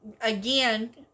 again